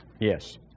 Yes